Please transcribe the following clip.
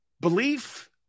belief